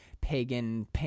Pagan